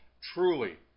Truly